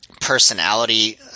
personality